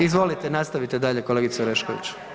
Izvolite, nastavite dalje kolegice Orešković.